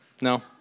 no